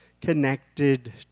connected